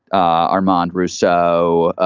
armand russo